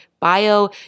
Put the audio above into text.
bio